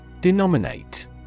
Denominate